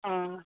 অঁ